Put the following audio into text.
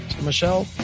Michelle